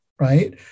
right